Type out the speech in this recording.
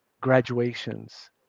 graduations